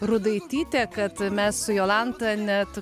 rudaitytė kad mes su jolanta net